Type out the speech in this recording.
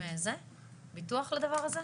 מיקי, יש לכם ביטוח לדבר הזה?